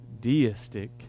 deistic